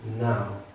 now